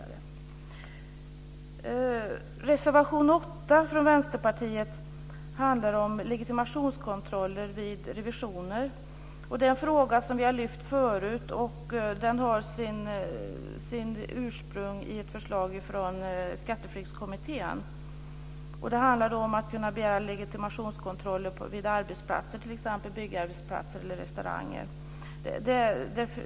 Reservation 8 från Vänsterpartiet handlar om legitimationskontroller vid revisioner. Det är en fråga som vi har lyft fram förut, och den har sitt ursprung i ett förslag från Skatteflyktskommittén. Det handlar om att begära legitimationskontroller vid arbetsplatser, t.ex. byggarbetsplatser eller restauranger.